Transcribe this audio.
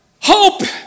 Hope